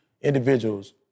individuals